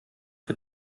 für